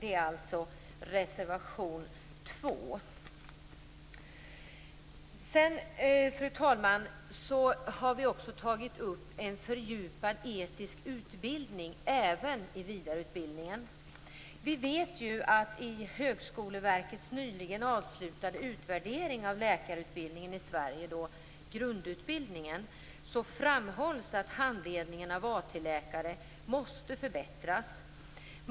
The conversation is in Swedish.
Det är reservation 2. Fru talman! Vi har också tagit upp frågan om en fördjupad etisk utbildning även i vidareutbildningen. Vi vet att det i Högskoleverkets nyligen avslutade utvärdering av läkarutbildningen i Sverige - grundutbildningen - framhålls att handledningen av AT-läkare måste förbättras.